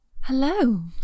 Hello